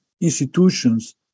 institutions